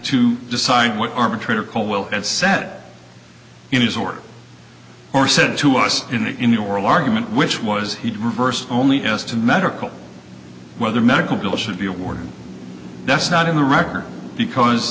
to decide what arbitrator colwell and set in his or or said to us in the in the oral argument which was he'd reverse only as to the medical whether medical bill should be awarded that's not in the record because